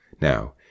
Now